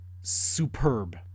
superb